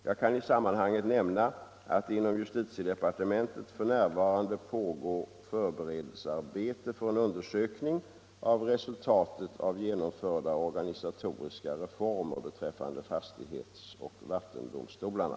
Jag kan i sammanhanget nämna att det inom justitiedepartementet f. n. pågår förberedelsearbete för en undersökning av resultatet av genomförda organisatoriska reformer beträffande fastighetsoch vattendomstolarna.